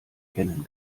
kennen